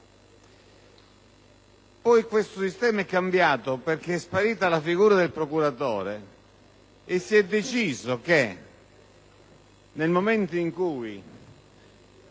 Questo sistema è poi cambiato, perché è sparita la figura del procuratore e si è deciso che, nel momento in cui